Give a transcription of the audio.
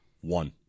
One